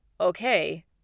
okay